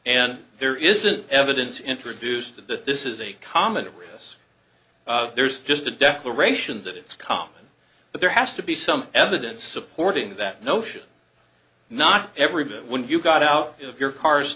and there isn't evidence introduced of that this is a comment of this there's just a declaration that it's common but there has to be some evidence supporting that notion not everybody when you got out of your cars